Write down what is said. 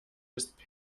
ist